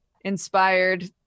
inspired